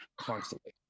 constantly